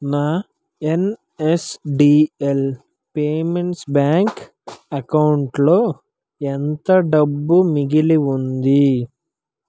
నా NSDL payments bank అకౌంటులో ఎంత డబ్బు మిగిలింది